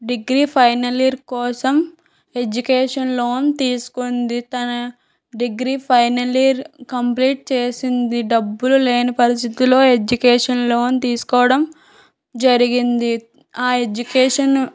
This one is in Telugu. డిగ్రీ ఫైనల్ ఇయర్ కోసం ఎడ్యుకేషన్ లోన్ తీసుకుంది తన డిగ్రీ ఫైనల్ ఇయర్ కంప్లీట్ చేసింది డబ్బులు లేని పరిస్థితులలో ఎడ్యుకేషన్ లోన్ తీసుకోవడం జరిగింది ఆ ఎడ్యుకేషన్